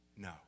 No